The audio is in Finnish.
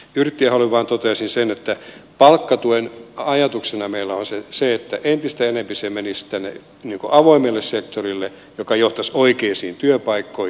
yrttiaholle vain toteaisin sen että palkkatuen ajatuksena meillä on se että entistä enemmän se menisi avoimelle sektorille joka johtaisi oikeisiin työpaikkoihin